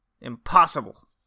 Impossible